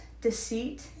deceit